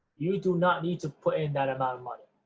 you do not need to put in that amount of money.